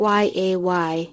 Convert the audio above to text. yay